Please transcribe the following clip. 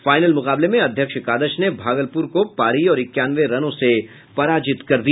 final मुकाबले में अध्यक्ष एकादश ने भागलपुर को पारी और इक्यानवे रनों से पराजित कर दिया